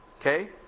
Okay